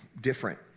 different